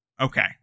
okay